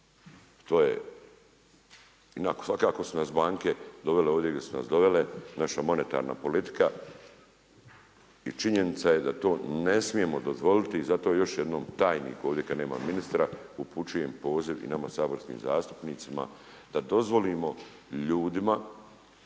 Ti je i svakako su nas banke dovle ovdje gdje su nas dovele, naša monetarna politika i činjenica je da to ne smijemo dozvoliti. I zato još jednom tajniku ovdje kada nema ministra, upućujem poziv i nama saborskim zastupnicima da dozvolimo ljudima